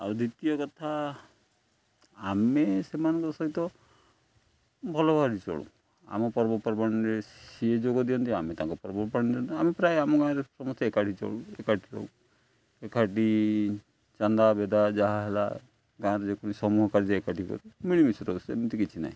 ଆଉ ଦ୍ୱିତୀୟ କଥା ଆମେ ସେମାନଙ୍କ ସହିତ ଭଲ ଭାବରେ ଚଳୁ ଆମ ପର୍ବପର୍ବାଣିରେ ସିଏ ଯୋଗ ଦିଅନ୍ତି ଆମେ ତାଙ୍କ ପର୍ବପର୍ବାଣି ଦଉ ଆମେ ପ୍ରାୟ ଆମ ଗାଁରେ ସମସ୍ତେ ଏକାଠି ଚଳୁ ଏକାଠି ରହୁ ଏକାଠି ଚାନ୍ଦାବେଦା ଯାହା ହେଲା ଗାଁରେ ଯେକୌଣସି ସମୂହକାର୍ଯ୍ୟ ଏକାଠି କରୁ ମିଳିମିଶି ରହୁ ସେମିତି କିଛି ନାହିଁ